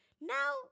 Now